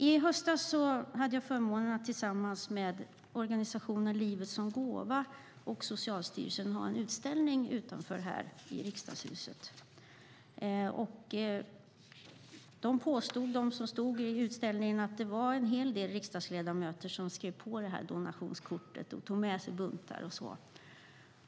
I höstas hade jag förmånen att tillsammans med organisationen Livet som Gåva och Socialstyrelsen ha en utställning här i Riksdagshuset. De som deltog i utställningen sade att det var en hel del riksdagsledamöter som skrev på donationskortet och tog med sig buntar.